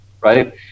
right